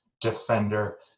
defender